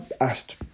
asked